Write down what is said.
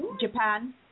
Japan